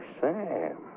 Sam